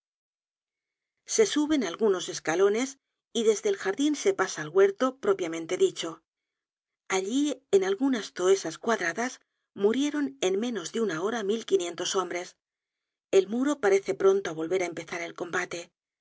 se suben algunos escalones y desde el jardin se pasa al huerto propiamente dicho allí en algunas toesas cuadradas murieron en menos de una hora mil quinientos hombres el muro parece pronto á volver á empezar el combate